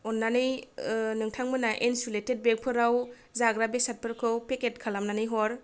अननानै नोंथांमोनना इन्सुलेटेड बेगफोराव जाग्रा बेसादफोरखौ पेकेट खालामनानै हर